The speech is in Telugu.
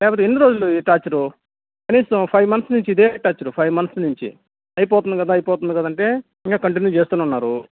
లేకపోతే ఎన్ని రోజులు ఈ టార్చరూ కనీసం ఫైవ్ మంత్స్ నుంచి ఇదే టార్చర్ ఫైవ్ మంత్స్ నుంచి అయిపోతుంది కదా అయిపోతుంది కదా అంటే ఇంకా కంటిన్యూ చేస్తూనే ఉన్నారు